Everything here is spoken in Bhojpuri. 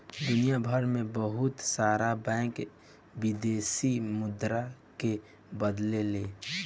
दुनियभर में बहुत सारा बैंक विदेशी मुद्रा के बदलेला